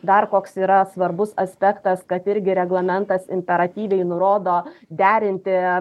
dar koks yra svarbus aspektas kad irgi reglamentas imperatyviai nurodo derinti